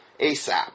ASAP